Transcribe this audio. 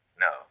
No